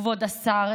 כבוד השר,